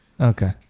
Okay